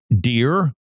dear